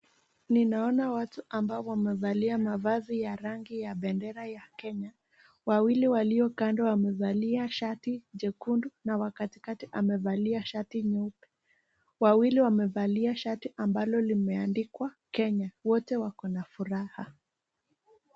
Ninaona watu ambao wamevalia mavazi ya rangi ya bendera ya Kenya. Wawili walio kando wamevalia shati jekundu na wa katikati amevalia shati nyeupe. Wawili wamevalia shati ambalo limeandikwa Kenya. Wote wakona furaha.